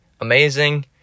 amazing